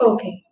Okay